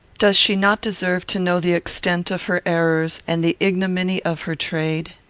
does she not deserve to know the extent of her errors and the ignominy of her trade?